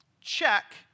check